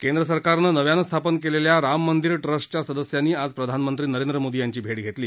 केंद्र सरकारनं नव्यानं स्थापन केलेल्या राम मंदिर ट्रस्टच्या सदस्यांनी आज प्रधानमंत्री नरेंद्र मोदी यांची भेट घेतली